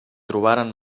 trobaren